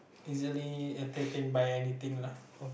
easily entertained by anything lah